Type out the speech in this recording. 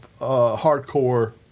hardcore